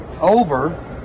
over